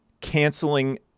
canceling